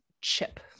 chip